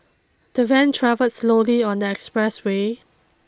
the van travelled slowly on the express way